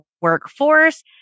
workforce